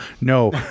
No